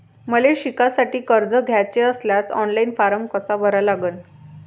मले शिकासाठी कर्ज घ्याचे असल्यास ऑनलाईन फारम कसा भरा लागन?